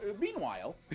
Meanwhile